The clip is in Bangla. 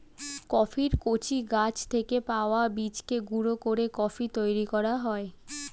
কফির কচি গাছ থেকে পাওয়া বীজকে গুঁড়ো করে কফি তৈরি করা হয়